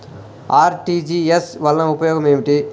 RTGS వలన ఉపయోగం ఏమిటీ?